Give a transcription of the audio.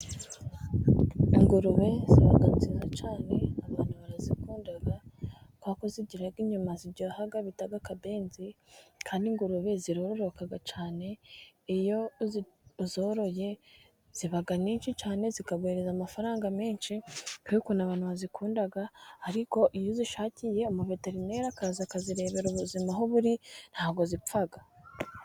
Ingurube ziba nziza cyane abantu barazikunda kubera ko zigira inyama ziryoha bita akabenzi, kandi ingurube ziroroka cyane. Iyo wazoroye ziba nyinshi cyane, zikaguhereza amafaranga menshi kubera ukuntu abantu bazikunda. Ariko iyo uzishakiye umuveterineri, akaza akazirebera ubuzima aho ziri, nta bwo zipfa.